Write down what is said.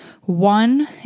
One